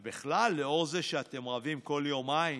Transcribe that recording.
ובכלל, לנוכח זה שאתם רבים כל יומיים,